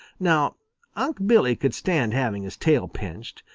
now unc' billy could stand having his tail pinched,